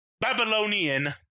Babylonian